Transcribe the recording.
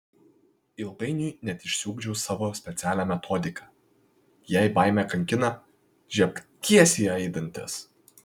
ilgainiui net išsiugdžiau savo specialią metodiką jei baimė kankina žiebk tiesiai jai į dantis